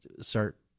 start